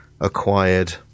acquired